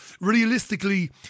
Realistically